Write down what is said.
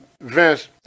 Vince